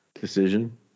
decision